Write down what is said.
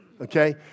okay